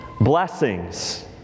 Blessings